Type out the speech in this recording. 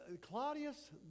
Claudius